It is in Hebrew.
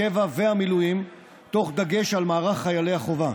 הקבע והמילואים, תוך דגש על מערך חיילי החובה.